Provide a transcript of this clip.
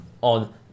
on